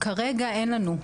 כרגע אין לנו.